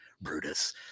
brutus